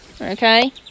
Okay